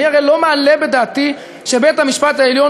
אני הרי לא מעלה בדעתי שבית-המשפט העליון